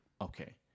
Okay